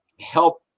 help